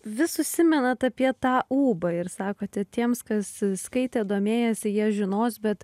vis užsimenat apie tą ūbą ir sakote tiems kas skaitė domėjosi jie žinos bet